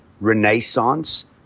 renaissance